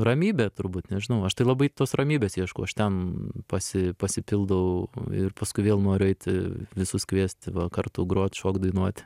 ramybė turbūt nežinau aš tai labai tos ramybės ieškau aš ten pasi pasipildau ir paskui vėl noriu eiti visus kviesti va kartu grot šokt dainuoti